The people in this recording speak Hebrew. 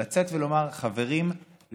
ולומר: חברים,